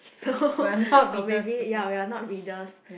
so uh maybe ya we are not readers